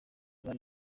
bari